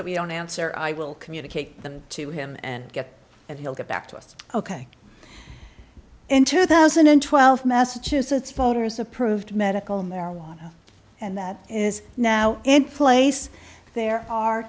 that we don't answer i will communicate them to him and get it he'll get back to us ok in two thousand and twelve massachusetts voters approved medical marijuana and that is now in place there are